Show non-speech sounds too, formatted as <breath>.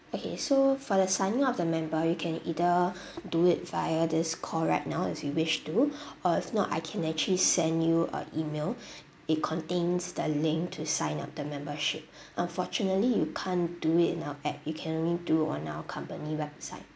okay so for the signing of the member you can either <breath> do it via this call right now if you wish to <breath> or if not I can actually send you a email <breath> it contains the link to sign up the membership <breath> unfortunately you can't do it in our app you can only do on our company website